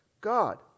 God